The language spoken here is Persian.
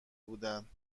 بودند